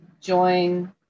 join